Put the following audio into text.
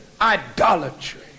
idolatry